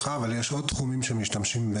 יש עוד תחומים שמשתמשים,